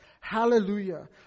hallelujah